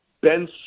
Ben